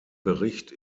bericht